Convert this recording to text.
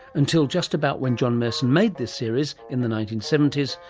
until just about when john merson made this series in the nineteen seventy s,